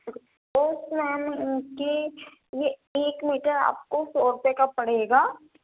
okay تو میم یہ ایک میٹر آپ کو سو روپے کا پڑے گا